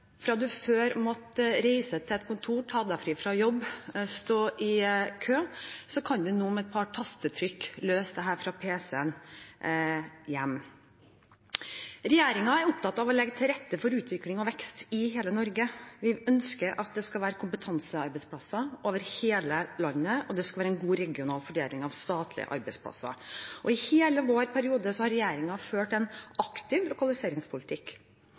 før måtte reise til et kontor, ta seg fri fra jobben og stå i kø, kan man nå med et par tastetrykk løse det hjemme fra pc-en. Regjeringen er opptatt av å legge til rette for utvikling og vekst i hele Norge. Vi ønsker at det skal være kompetansearbeidsplasser over hele landet, og at det skal være en god regional fordeling av statlige arbeidsplasser. I hele vår periode har regjeringen ført en aktiv lokaliseringspolitikk.